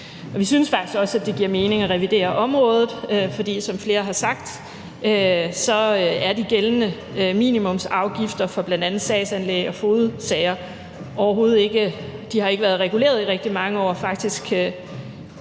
Vi synes faktisk også, det giver mening at revidere området, for som flere har sagt, har de gældende minimumsafgifter for bl.a. sagsanlæg og fogedsager overhovedet ikke været reguleret i rigtig mange år. Faktisk